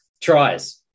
tries